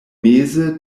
meze